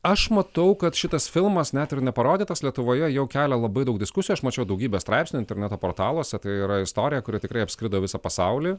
aš matau kad šitas filmas net ir neparodytas lietuvoje jau kelia labai daug diskusijų aš mačiau daugybę straipsnių interneto portaluose tai yra istorija kuri tikrai apskrido visą pasaulį